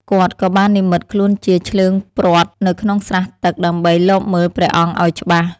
គាត់ក៏បាននិម្មិតខ្លួនជា ឈ្លើងព្រ័ត្រ នៅក្នុងស្រះទឹក ដើម្បីលបមើលព្រះអង្គឱ្យច្បាស់។